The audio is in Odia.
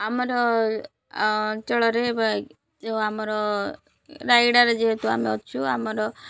ଆମର ଅଞ୍ଚଳରେ ଯେଉଁ ଆମର ରାୟଗଡ଼ାରେ ଯେହେତୁ ଆମେ ଅଛୁ ଆମର